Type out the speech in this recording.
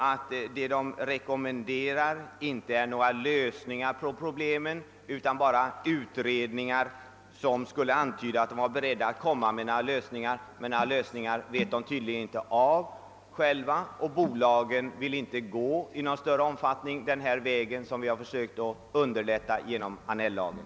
I dessa rekommenderas inte några lösningar på problemen utan bara utredningar i syfte att söka finna lösningar. Och bolagen vill inte i någon större omfattning gå den väg som vi försökt att underlätta genom Annell-lagen.